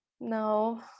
no